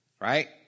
right